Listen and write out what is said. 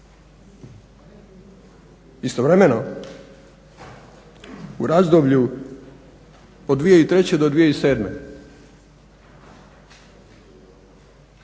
Istovremeno u razdoblju od 2003. do 2007.,